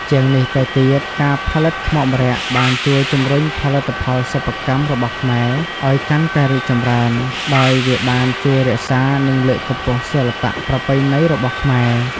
ជាងនេះទៅទៀត ការផលិតខ្មុកម្រ័ក្សណ៍បានជួយ ជំរុញផលិតផលសិប្បកម្មរបស់ខ្មែរ ឲ្យកាន់តែរីកចម្រើន ដោយវាបានជួយរក្សា និងលើកកម្ពស់សិល្បៈប្រពៃណីរបស់ខ្មែរ ។